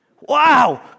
Wow